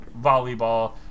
volleyball